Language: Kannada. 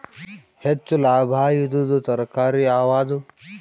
ಹೆಚ್ಚು ಲಾಭಾಯಿದುದು ತರಕಾರಿ ಯಾವಾದು?